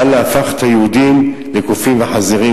אללה הפך את היהודים לקופים וחזירים,